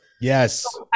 yes